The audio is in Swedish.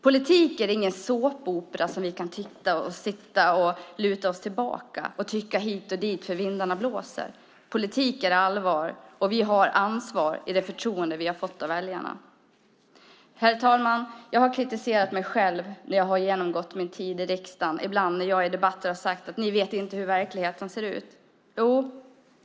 Politik är ingen såpopera som vi kan luta oss tillbaka och titta på och tycka allt möjligt om beroende på hur vindarna blåser. Politik är allvar, och det förtroende vi fått av väljarna innebär ansvar. Jag har kritiserat mig själv när jag tänkt tillbaka på min tid i riksdagen och ibland i debatter sagt att majoriteten inte vet hur verkligheten ser ut.